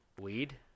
Weed